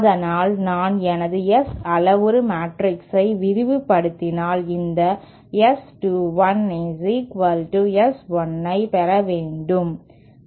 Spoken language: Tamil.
அதனால் நான் எனது S அளவுரு மேட்ரிக்ஸை விரிவுபடுத்தினால் இந்த S 2 1 S 1 2ஐ பெறவேண்டும்